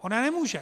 Ona nemůže.